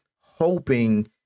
hoping